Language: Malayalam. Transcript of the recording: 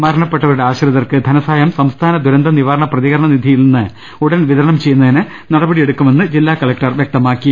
മരണപ്പെട്ടവരുടെ ആശ്രിതർക്ക് ധനസഹായം സംസ്ഥാന ദുരന്ത നിവാരണ പ്രതികരണ നിധിയിൽ നിന്ന് ഉടൻ വിതരണം ചെയ്യുന്നതിന് നടപടി എടുക്കുമെന്ന് ജില്ലാ കലക്ടർ വ്യക്തമാക്കി